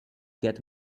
get